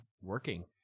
Working